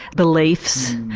beliefs.